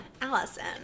Allison